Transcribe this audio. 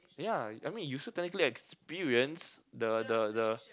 ya I mean you still technically experience the the the